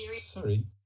sorry